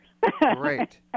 Great